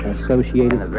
Associated